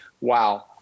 wow